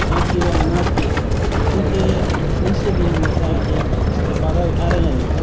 پانچ کلو اناج کے ان کے ان سے بھی ہم استفادہ اٹھا رہے ہیں